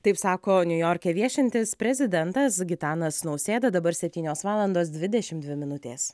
taip sako niujorke viešintis prezidentas gitanas nausėda dabar septynios valandos dvidešim dvi minutės